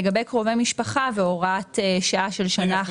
לגבי קרובי משפחה והוראת שעה של שנה אחת --- רגע,